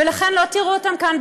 ולכן לא תראו אותם כאן,